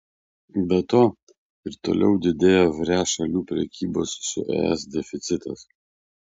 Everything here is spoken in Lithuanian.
be to ir toliau didėjo vre šalių prekybos su es deficitas